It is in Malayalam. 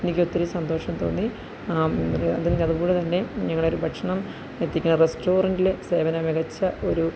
എനിക്ക് ഒത്തിരി സന്തോഷം തോന്നി അതുപോലെ തന്നെ ഇവർ ഭക്ഷണം എത്തിക്കുന്ന റെസ്റ്റോറൻറിലെ സേവനം മികച്ച ഒരു